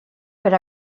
per